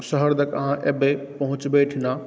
शहर दऽ कऽ अहाँ अएबै पहुँचबै अहिठिना